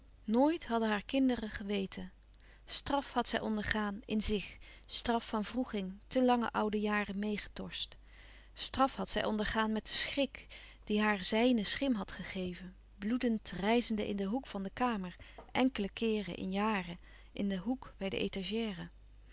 nooit hadden haar kinderen geweten straf had zij ondergaan in zich straf van wroeging te lange oude jaren meêgetorst straf had zij ondergaan met den schrik dien haar zijne schim had gegeven bloedend rijzende in den hoek van de kamer ènkele keeren in jaren in den hoek bij de étagère